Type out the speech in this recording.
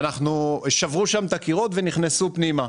ששברו שם את הקירות ונכנסו פנימה.